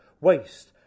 waste